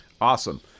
Awesome